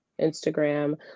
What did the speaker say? instagram